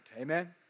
Amen